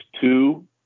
two